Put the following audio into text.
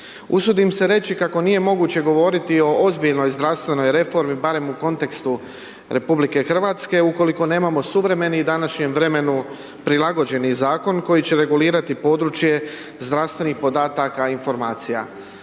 Usudim se reći kako nije moguće govoriti o ozbiljnoj zdravstvenoj reformi, barem u kontekstu RH, ukoliko nemamo suvremenih, današnjem vremenu prilagođeni Zakon koji će regulirati područje zdravstvenih podataka i informacija.